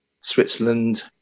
switzerland